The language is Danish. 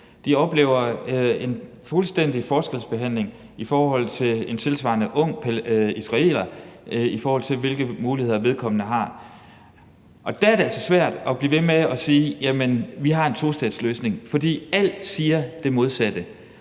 De oplever en fuldstændig forskelsbehandling, i forhold til hvilke muligheder en tilsvarende ung israeler har. Derfor er det altså svært at blive ved med at sige: Jamen vi har en tostatsløsning. For alt siger det modsatte.